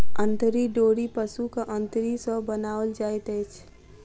अंतरी डोरी पशुक अंतरी सॅ बनाओल जाइत अछि